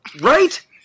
right